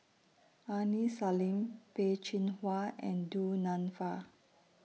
Aini Salim Peh Chin Hua and Du Nanfa